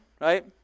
right